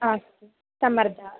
अस्तु सम्मर्दः